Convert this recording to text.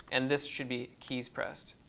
and this should be keys pressed,